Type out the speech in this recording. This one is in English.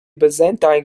byzantine